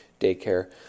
daycare